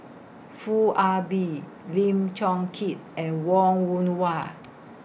Foo Ah Bee Lim Chong Keat and Wong Yoon Wah